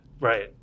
right